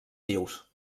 vius